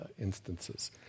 instances